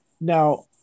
Now